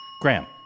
Graham